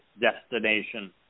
destination